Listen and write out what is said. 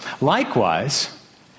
Likewise